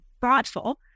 thoughtful